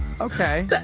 Okay